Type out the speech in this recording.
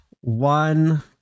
one